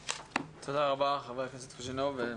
תודה רבה חבר הכנסת קוז'ינוב.